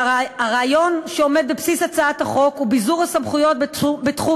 הרעיון שעומד בבסיס הצעת החוק הוא ביזור הסמכויות בתחום